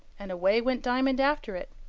and away went diamond after it,